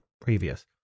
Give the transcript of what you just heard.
previous